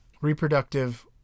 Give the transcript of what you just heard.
Reproductive